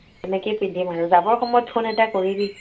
এনেকৈয়ে পিন্ধিম আৰু যাবৰ সময়ত ফোন এটা কৰিবি